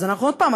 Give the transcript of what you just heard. אז עוד פעם,